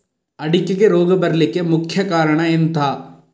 ಅಡಿಕೆಗೆ ರೋಗ ಬರ್ಲಿಕ್ಕೆ ಮುಖ್ಯ ಕಾರಣ ಎಂಥ?